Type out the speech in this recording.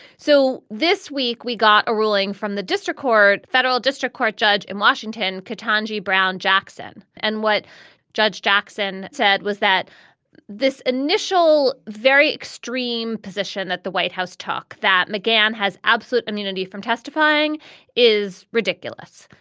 so this week we got a ruling from the district court, federal district court judge in washington, kitana g. brown jackson. and what judge jackson said was that this initial very extreme position that the white house took, that mcgann has absolute immunity from testifying is ridiculous.